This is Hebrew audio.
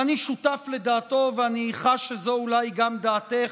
ואני שותף לדעתו, ואני חש שזו אולי גם דעתך,